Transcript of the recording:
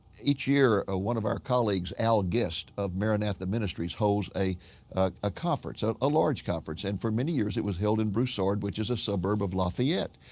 each year ah one of our colleagues al gist of maranatha ministries holds a ah conference, a large conference and for many years it was held in broussard which is a suburb of lafayette.